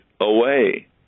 away